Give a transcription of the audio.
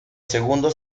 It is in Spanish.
segundo